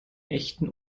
echten